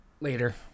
later